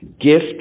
gift